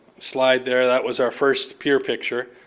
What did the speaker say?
slide there that was our first pier picture.